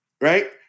Right